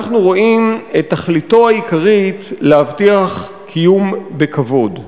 אנחנו רואים את תכליתו העיקרית להבטיח קיום בכבוד.